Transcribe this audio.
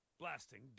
Blasting